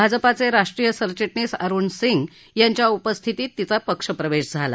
भाजपाचे राष्ट्रीय सरचिटणीस अरुण सिंग यांच्या उपस्थित तिचा पक्षप्रवेश झाला